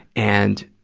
and,